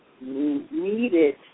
needed